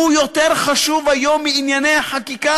הוא יותר חשוב היום מענייני החקיקה,